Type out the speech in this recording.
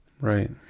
right